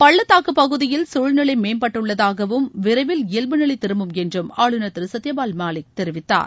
பள்ளத்தாக்குப் பகுதியில் சூழ்நிலை மேம்பட்டுள்ளதாகவும் விரைவில் இயல்புநிலை திரும்பும் என்று ஆளுநர் திரு சத்யபால் மாலிக் தெரிவித்தார்